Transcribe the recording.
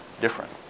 different